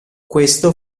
questo